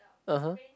(uh huh)